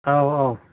औ औ